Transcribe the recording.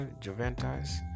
Juventus